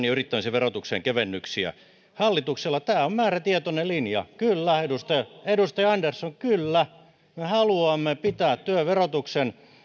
ja yrittämisen verotukseen kevennyksiä hallituksella tämä on määrätietoinen linja kyllä edustaja edustaja andersson me haluamme pitää työn verotuksen